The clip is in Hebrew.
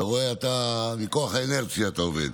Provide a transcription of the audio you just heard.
אתה רואה, מכוח האינרציה אתה עובד.